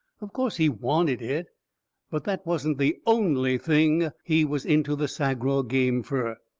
of course, he wanted it but that wasn't the only thing he was into the sagraw game fur.